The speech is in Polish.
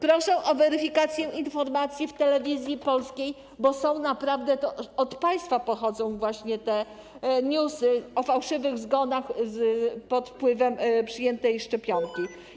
Proszę o weryfikację informacji w Telewizji Polskiej, bo naprawdę to od państwa pochodzą właśnie te newsy o fałszywych zgonach po przyjęciu szczepionki.